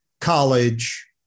college